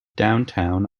downtown